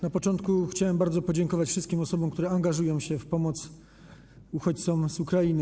Na początku chciałbym bardzo podziękować wszystkim osobom, które angażują się w pomoc uchodźcom z Ukrainy.